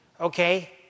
Okay